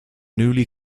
newly